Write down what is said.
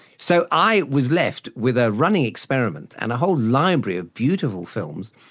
so i was left with a running experiment and a whole library of beautiful films,